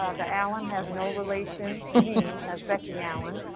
the allen has no relation to me as becky allen,